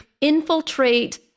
infiltrate